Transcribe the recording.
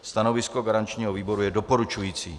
Stanovisko garančního výboru je doporučující.